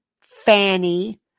Fanny